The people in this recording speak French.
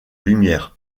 lumière